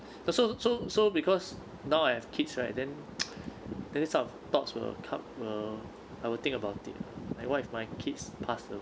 so so so because now I have kids right then then this sort of thoughts will come will I will think about it like what if my kids pass away